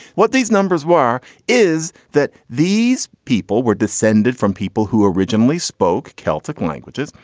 what these numbers were is that these people were descended from people who originally spoke celtic languages.